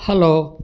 hello